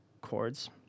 chords